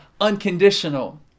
unconditional